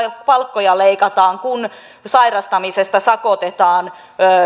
palkkoja leikataan kun sairastamisesta sakotetaan